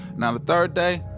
now the third day,